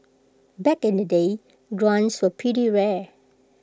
back in the day grants were pretty rare